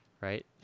right